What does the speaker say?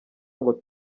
ngo